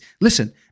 Listen